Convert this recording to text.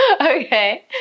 okay